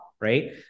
right